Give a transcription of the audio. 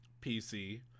PC